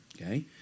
Okay